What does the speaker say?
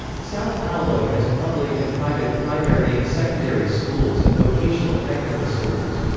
sao paulo has public and private primary and secondary schools and vocational-technical schools.